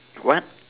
what